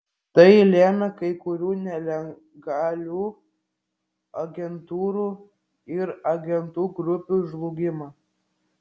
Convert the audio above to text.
tai lėmė kai kurių nelegalių agentūrų ir agentų grupių žlugimą